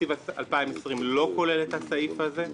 תקציב 2020 לא כולל את הסעיף הזה.